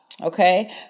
Okay